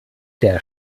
der